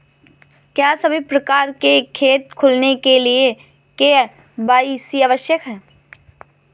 क्या सभी प्रकार के खाते खोलने के लिए के.वाई.सी आवश्यक है?